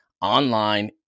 online